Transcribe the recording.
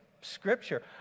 scripture